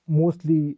mostly